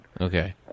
Okay